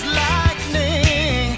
lightning